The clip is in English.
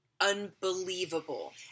unbelievable